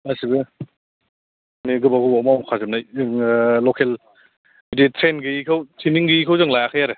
गासिबो नै गोबाव गोबाव मावखाजोबनाय जोङो लकेल बिदि ट्रेन गैयैखौ ट्रेनिं गैयैखौ जों लायाखै आरो